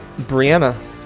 Brianna